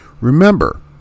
Remember